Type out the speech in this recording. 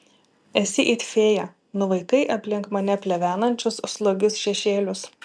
esi it fėja nuvaikai aplink mane plevenančius slogius šešėlius